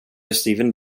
steven